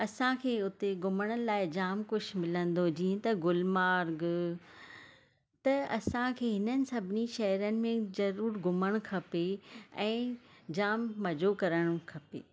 असांखे हुते घुमण लाइ जाम कुझु मिलंदो जीअं त गुलमार्ग त असांखे हिननि सभिनी शहरनि में जरूर घुमणु खपे ऐं जाम मजो करणु खपे